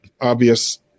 obvious